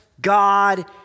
God